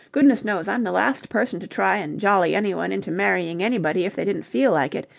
goodness knows, i'm the last person to try and jolly anyone into marrying anybody if they didn't feel like it.